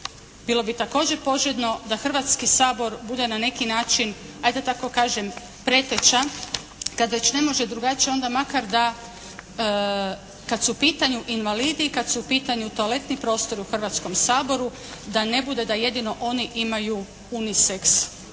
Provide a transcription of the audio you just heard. bilo bi također poželjno da Hrvatski sabor bude na neki način hajde da tako kažem preteča kad već ne može drugačije, onda makar da kad su u pitanju invalidi i kad su u pitanju toaletni prostori u Hrvatskom saboru da ne bude da jedino oni imaju unisex